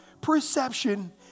perception